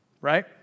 right